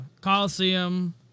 Coliseum